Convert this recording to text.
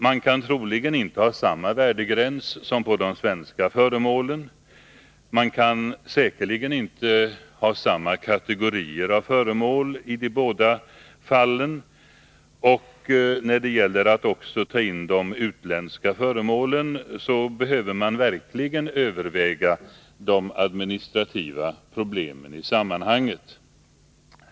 Man kan troligen inte ha samma värdegräns som i fråga om de svenska föremålen, och man kan säkerligen inte ha samma kategorier av föremål i de båda fallen. När det gäller att också ta med de utländska föremålen behöver man verkligen överväga de administrativa problemen i sammanhanget.